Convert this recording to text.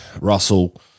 Russell